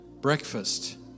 breakfast